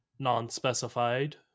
non-specified